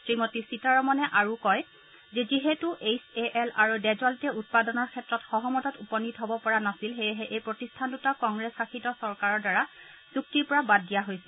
শ্ৰীমতী সীতাৰমণে কয় যে যিহেতু এইচ এ এল আৰু ডেজন্টে উৎপাদনৰ ক্ষেত্ৰত সহমতত উপনীত হব পৰা নাছিল সেয়েহে এই প্ৰতিষ্ঠান দুটাক কংগ্ৰেছ শাসিত চৰকাৰৰ দ্বাৰা চুক্তিৰ পৰা বাদ দিয়া হৈছিল